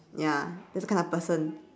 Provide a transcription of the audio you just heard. ya this kind of person